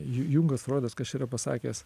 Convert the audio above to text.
ju jungas rodas kas čia yra pasakęs